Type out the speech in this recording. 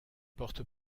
porte